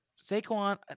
Saquon